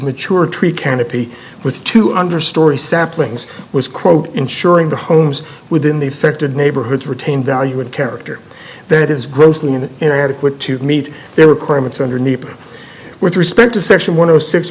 mature tree canopy with two understory saplings was quote ensuring the homes within the affected neighborhoods retain value and character that is grossly inadequate to meet their requirements underneath or with respect to section one of six